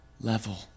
level